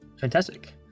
Fantastic